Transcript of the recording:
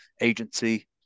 agency